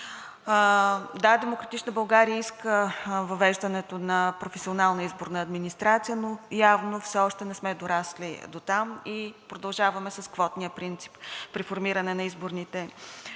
Да, „Демократична България“ иска въвеждането на професионална изборна администрация, но явно все още не сме дорасли дотам и продължаваме с квотния принцип при формиране на изборните